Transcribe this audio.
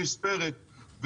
נספרת,